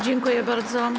Dziękuję bardzo.